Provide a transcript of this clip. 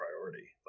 priority